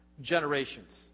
generations